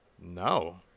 No